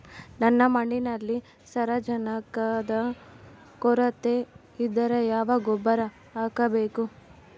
ನನ್ನ ಮಣ್ಣಿನಲ್ಲಿ ಸಾರಜನಕದ ಕೊರತೆ ಇದ್ದರೆ ಯಾವ ಗೊಬ್ಬರ ಹಾಕಬೇಕು?